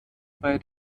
bei